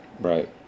Right